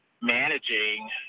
managing